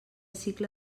cicle